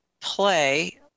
play